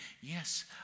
yes